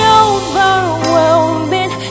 overwhelming